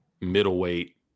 middleweight